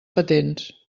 patents